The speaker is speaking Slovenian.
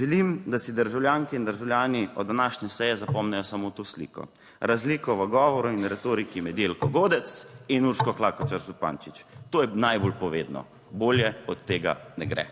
Želim, da si državljanke in državljani od današnje seje zapomnijo samo to sliko, razliko v govoru in retoriki med Jelko Godec in Urško Klakočar Zupančič. To je najbolj povedno. Bolje od tega ne gre.